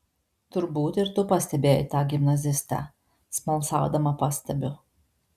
turbūt ir tu pastebėjai tą gimnazistę smalsaudama pastebiu